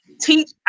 teach